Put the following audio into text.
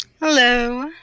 Hello